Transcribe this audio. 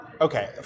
okay